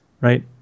right